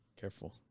careful